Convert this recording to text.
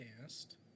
cast